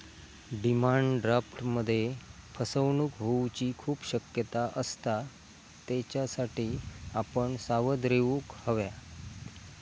demand ड्राफ्टमध्ये फसवणूक होऊची खूप शक्यता असता, त्येच्यासाठी आपण सावध रेव्हूक हव्या